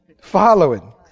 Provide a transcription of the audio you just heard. following